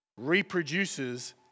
reproduces